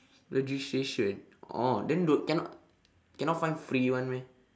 registration oh then don't cannot cannot find free one meh